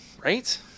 right